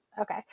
Okay